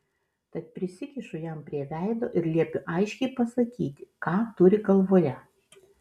tad prisikišu jam prie veido ir liepiu aiškiai pasakyti ką turi galvoje